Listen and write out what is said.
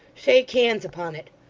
shake hands upon it.